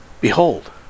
Behold